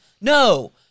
No